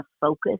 focus